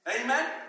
Amen